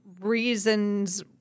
reasons